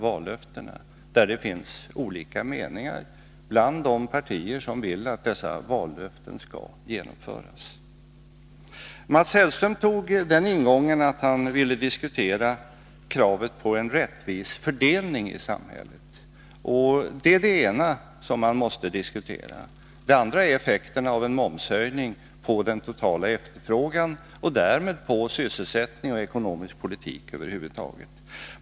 Det råder olika meningar därom bland de partier som vill att dessa vallöften skall genomföras. Mats Hellström tog ingången att diskutera kravet på rättvis fördelning i samhället. Det är det ena som man måste diskutera. Det andra är effekterna av en momshöjning på den totala efterfrågan och därmed på sysselsättning och ekonomisk politik över huvud taget.